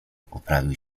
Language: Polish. poprawił